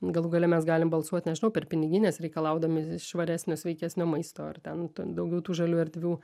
galų gale mes galim balsuot nežinau per pinigines reikalaudami švaresnio sveikesnio maisto ar ten ten daugiau tų žalių erdvių